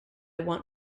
want